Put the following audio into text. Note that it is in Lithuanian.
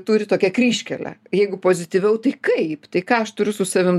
turi tokią kryžkelę jeigu pozityviau tai kaip tai ką aš turiu su savim